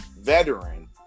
veteran